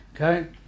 okay